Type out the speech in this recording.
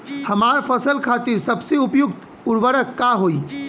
हमार फसल खातिर सबसे उपयुक्त उर्वरक का होई?